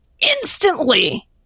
instantly